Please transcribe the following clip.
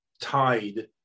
tied